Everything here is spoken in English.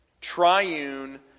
Triune